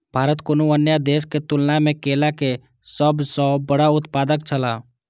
भारत कुनू अन्य देश के तुलना में केला के सब सॉ बड़ा उत्पादक छला